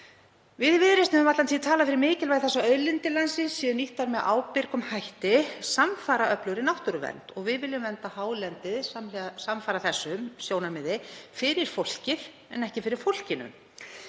Við í Viðreisn höfum alla tíð talað fyrir mikilvægi þess að auðlindir landsins séu nýttar með ábyrgum hætti samfara öflugri náttúruvernd. Við viljum vernda hálendið samfara þessu sjónarmiði fyrir fólkið en ekki fyrir fólkinu.